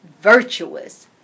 virtuous